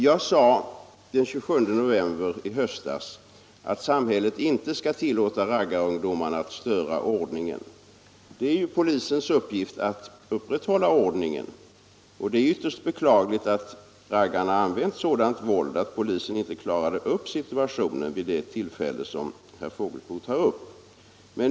Jag sade den 27 november förra året att samhället inte skall tillåta raggarungdomarna att störa ordningen. Det är polisens uppgift att upprätthålla ordningen, och det är ytterst beklagligt att raggarna använder sådant våld att polisen inte klarade upp situationen vid det tillfälle som herr Fågelsbo tar upp.